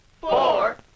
four